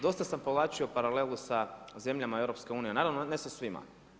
Dosta sam povlačio paralelu sa zemljama EU, naravno ne sa svima.